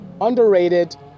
underrated